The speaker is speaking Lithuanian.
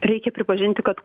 reikia pripažinti kad